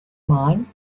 mine